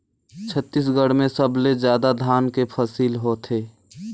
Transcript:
छत्तीसगढ़ में सबले जादा धान के फसिल होथे